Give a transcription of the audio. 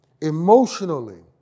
emotionally